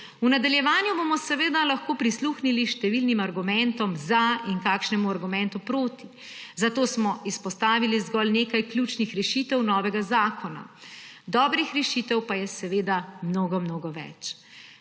V nadaljevanju bomo seveda lahko prisluhnili številnim argumentom za in kakšnemu argumentu proti, zato smo izpostavili zgolj nekaj ključnih rešitev novega zakona. Dobih rešitev pa je seveda mnogo, mnogo več.